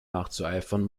nachzueifern